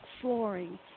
flooring